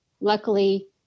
Luckily